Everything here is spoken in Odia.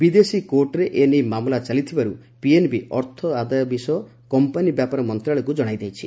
ବିଦେଶୀ କୋର୍ଟରେ ଏ ନେଇ ମାମଲା ଚାଲିଥିବାରୁ ପିଏନ୍ବି ଅର୍ଥ ଆଦାୟ ବିଷୟ କମ୍ପାନୀ ବ୍ୟାପାର ମନ୍ତ୍ରଣାଳୟକୁ ଜଣାଇ ଦେଇଛି